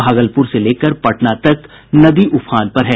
भागलपुर से लेकर पटना तक नदी उफान पर है